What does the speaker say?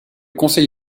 conseil